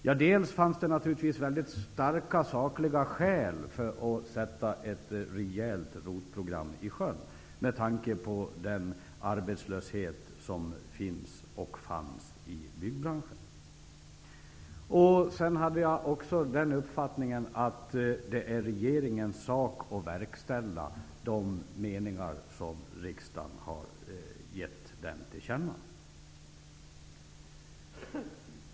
Jo, dels fanns det naturligtvis väldigt starka sakliga skäl för att sätta ett rejält ROT-program i sjön med tanke på den arbetslöshet som finns och fanns i byggbranschen. Vidare hade jag också den uppfattningen att det är regeringens sak att verkställa de meningar som riksdagen har gett den till känna.